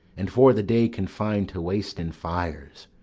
and for the day confin'd to wastein fires,